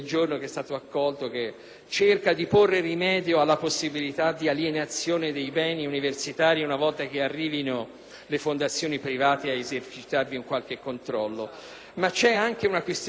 cerca di porre rimedio alla possibilità di alienazione dei beni universitari una volta che arrivino le fondazioni private ad esercitarvi un qualche controllo. Ma vi è anche una questione di libertà della ricerca.